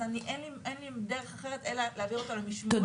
אז אין לי דרך אחרת אלא להעביר אותו למשמורת,